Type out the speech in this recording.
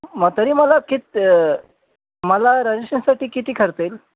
मग तरी मला कित मला रेजिस्टशनसाठी किती खर्च येईल